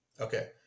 Okay